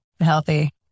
healthy